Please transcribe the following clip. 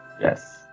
yes